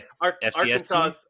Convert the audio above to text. Arkansas